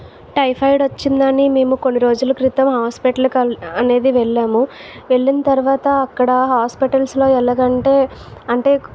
typhoid వచ్చిందని మేము కొన్ని రోజుల క్రితం హాస్పటల్కు అనేది వెళ్ళాము వెళ్ళిన తర్వాత అక్కడ హాస్పటల్స్లో ఎలాగంటే అంటే